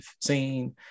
seen